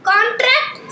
Contract